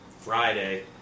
Friday